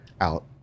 out